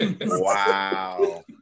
Wow